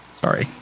Sorry